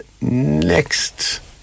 next